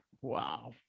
wow